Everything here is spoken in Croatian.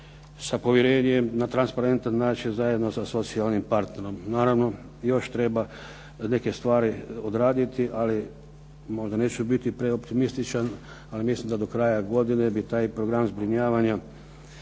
sa povjerenjem na transparentan način zajedno sa socijalnim partnerom. Naravno još treba neke stvari odraditi, ali možda neću biti preoptimističan, ali mislim da do kraja godine bi taj program zbrinjavanja